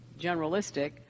generalistic